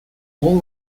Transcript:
all